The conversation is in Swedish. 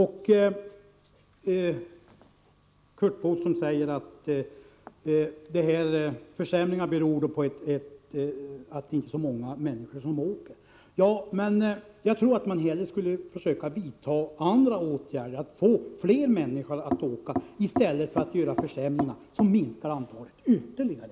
Curt Boström säger att försämringarna beror på att inte så många människor åker tåg. Jag tror att SJ skulle försöka vidta sådana åtgärder som leder till att fler människor åker tåg i stället för att göra försämringar som innebär att antalet minskar ytterligare.